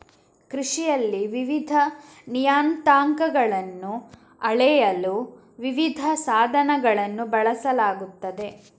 ಕೃಷಿಯಲ್ಲಿ ವಿವಿಧ ನಿಯತಾಂಕಗಳನ್ನು ಅಳೆಯಲು ವಿವಿಧ ಸಾಧನಗಳನ್ನು ಬಳಸಲಾಗುತ್ತದೆ